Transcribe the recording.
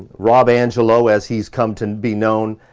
rob angelo, as he's come to be known,